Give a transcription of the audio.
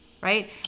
right